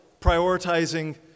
prioritizing